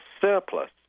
surplus